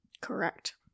correct